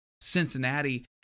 Cincinnati